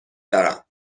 دارم